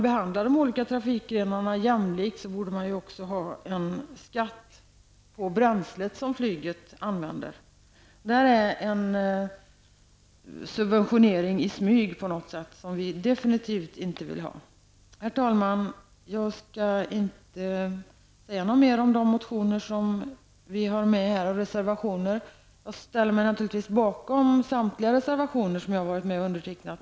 Om de olika trafikgrenarna skall behandlas jämlikt, borde också flygbränslet vara belagt med en skatt. Det här är på något sätt en smygsubventionering som vi definitivt inte vill ha. Herr talman! Jag skall inte ytterligare beröra våra motioner och reservationer. Naturligtvis stödjer jag samtliga reservationer som jag har varit med om att underteckna.